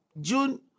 June